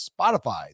Spotify